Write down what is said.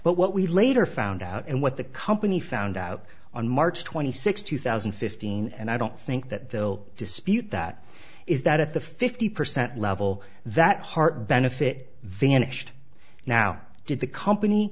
but what we later found out and what the company found out on march twenty sixth two thousand and fifteen and i don't think that they'll dispute that is that at the fifty percent level that heart benefit vanished now did the company